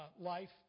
life